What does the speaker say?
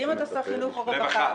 כי אם אתה צריך חינוך או רווחה -- רווחה.